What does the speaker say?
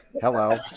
Hello